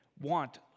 want